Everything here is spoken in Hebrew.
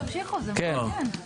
תמשיכו, זה מעניין.